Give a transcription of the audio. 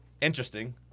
Interesting